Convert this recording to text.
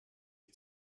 ich